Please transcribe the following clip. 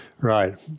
Right